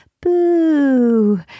Boo